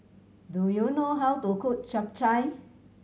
do you know how to cook Chap Chai